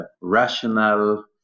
rational